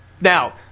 Now